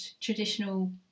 traditional